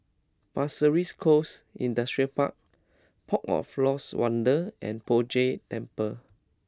Pasir Ris Coast Industrial Park Port of Lost Wonder and Poh Jay Temple